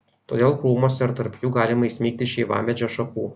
todėl krūmuose ar tarp jų galima įsmeigti šeivamedžio šakų